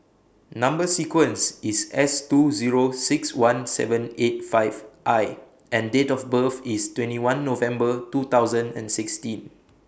Number sequence IS S two Zero six one seven eight five I and Date of birth IS twenty one November two thousand and sixteen